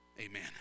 amen